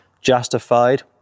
justified